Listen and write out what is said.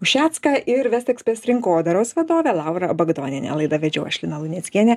ušecką ir vest ekspres rinkodaros vadovę laurą bagdonienę laidą vedžiau aš lina luneckienė